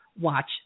watch